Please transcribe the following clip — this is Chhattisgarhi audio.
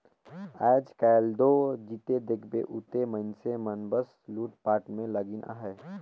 आएज काएल दो जिते देखबे उते मइनसे मन बस लूटपाट में लगिन अहे